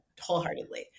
wholeheartedly